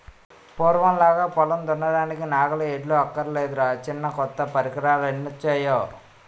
పూర్వంలాగా పొలం దున్నడానికి నాగలి, ఎడ్లు అక్కర్లేదురా చిన్నా కొత్త పరికరాలెన్నొచ్చేయో